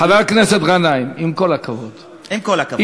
חבר הכנסת גנאים, עם כל הכבוד, עם כל הכבוד.